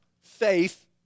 faith